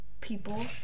people